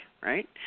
right